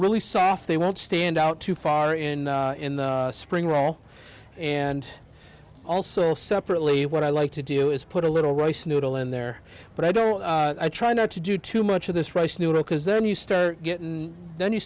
really soft they won't stand out too far in in the spring roll and also separately what i like to do is put a little rice noodle in there but i don't i try not to do too much of this rice noodle because then you start getting then you